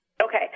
Okay